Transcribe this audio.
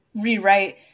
rewrite